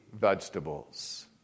vegetables